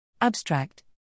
abstract